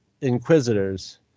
inquisitors